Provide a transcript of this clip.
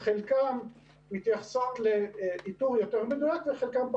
שחלקן מתייחסות לאיתור יותר מדויק וחלקן,